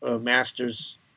masters